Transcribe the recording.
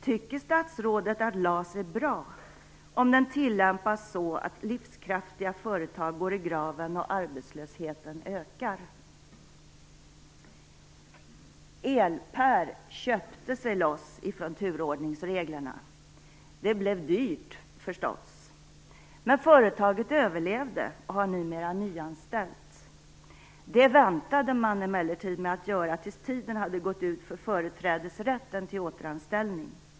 Tycker statsrådet att LAS är bra om den tillämpas så att livskraftiga företag går i graven och arbetslösheten ökar? Det blev dyrt, förstås. Men företaget överlevde och har numera nyanställt. Det väntade man emellertid med att göra tills tiden hade gått ut för företrädesrätten till återanställning.